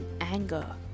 anger